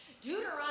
Deuteronomy